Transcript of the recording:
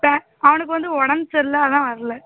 ச அவனுக்கு வந்து உடம்பு சரியில்லை அதான் வரல